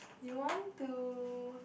you want to